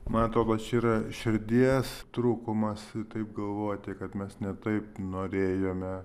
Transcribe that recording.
man atrodo kad čia yra širdies trūkumas taip galvoti kad mes ne taip norėjome